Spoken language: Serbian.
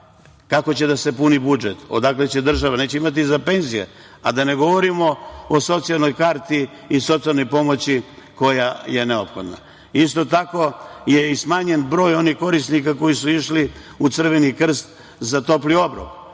kako će da se puni budžet, odakle će država. Neće imati za penzije, a da ne govorimo o socijalnoj karti i socijalnoj pomoći koja je neophodna. Isto tako, smanjen je broj korisnika koji su išli u Crveni krst za topli obrok.